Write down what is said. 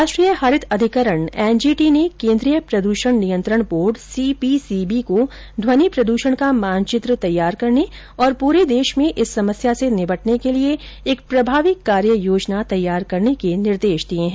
राष्ट्रीय हरित अधिकरण एनजीटी ने केंद्रीय प्रदूषण नियंत्रण बोर्ड सीपीसीबी को ध्वनि प्रदूषण का मानचित्र तैयार करने और पूरे देश में इस समस्या से निबटने के लिए एक प्रभावी कार्य योजना तैयार करने का निर्देश दिया है